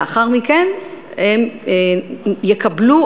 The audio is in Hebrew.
לאחר מכן הן יקבלו,